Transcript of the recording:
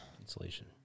Insulation